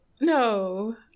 no